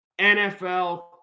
NFL